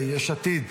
יש עתיד,